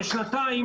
לשנתיים